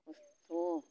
खस्थ'